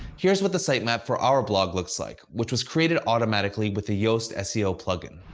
here's what the sitemap for our blog looks like, which was created automatically with the yoast seo plugin.